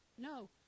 No